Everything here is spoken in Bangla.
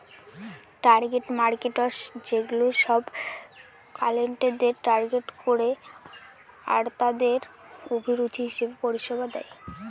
টার্গেট মার্কেটস সেগুলা সব ক্লায়েন্টদের টার্গেট করে আরতাদের অভিরুচি হিসেবে পরিষেবা দেয়